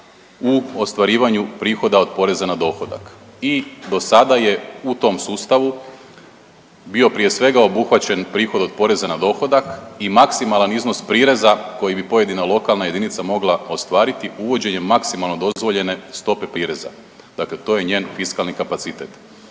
u ostvarivanju prihoda od poreza na dohodak. I dosada je u tom sustavu bio prije svega obuhvaćen prihod od poreza na dohodak i maksimalan iznos prireza koji bi pojedina lokalna jedinica mogla ostvariti uvođenjem maksimalno dozvoljene stope prireza. Dakle, to je njen fiskalni kapacitet.